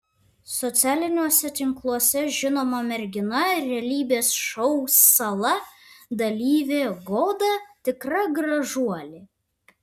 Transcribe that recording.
socialiniuose tinkluose žinoma mergina realybės šou sala dalyvė goda tikra gražuolė